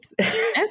Okay